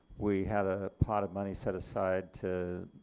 we had a pot of money set aside to